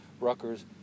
Rutgers